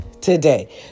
today